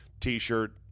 T-shirt